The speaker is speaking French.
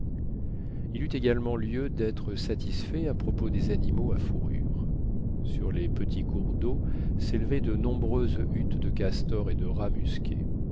il eut également lieu d'être satisfait à propos des animaux à fourrure sur les petits cours d'eau s'élevaient de nombreuses huttes de castors et de rats